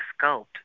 sculpt